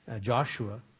Joshua